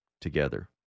together